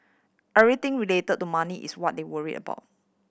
everything related to money is what they worry about